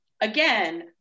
again